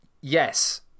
yes